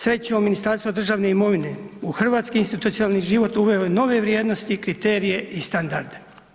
Srećom, Ministarstvo državne imovine u hrvatski institucionalni život uveo je nove vrijednosti, kriterije i standarde.